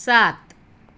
સાત